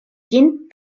ĝin